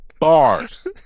Bars